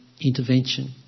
intervention